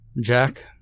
Jack